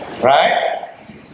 Right